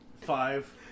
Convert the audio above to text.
Five